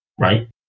right